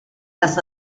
las